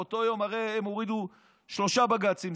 באותו יום הרי הם הורידו שלושה בג"צים,